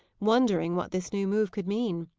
wondering what this new move could mean.